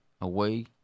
away